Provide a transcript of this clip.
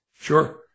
Sure